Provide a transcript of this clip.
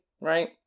right